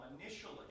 initially